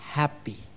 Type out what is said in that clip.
happy